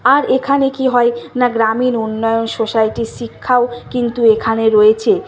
আর এখানে কী হয় না গ্রামীণ উন্নয়ন সোসাইটির শিক্ষাও কিন্তু এখানে রয়েছে